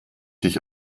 dich